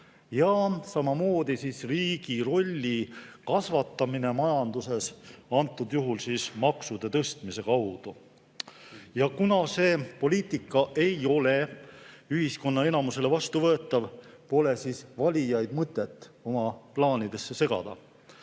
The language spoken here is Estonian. ja samamoodi riigi rolli kasvatamine majanduses, antud juhul maksude tõstmise kaudu. Kuna see poliitika ei ole ühiskonna enamusele vastuvõetav, pole valijaid mõtet oma plaanidesse segada.